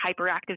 hyperactive